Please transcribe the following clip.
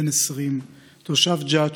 בן 20 תושב ג'ת,